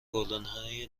گلدانهای